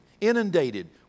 inundated